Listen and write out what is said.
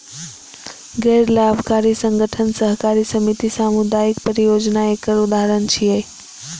गैर लाभकारी संगठन, सहकारी समिति, सामुदायिक परियोजना एकर उदाहरण छियै